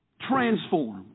transformed